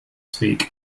speak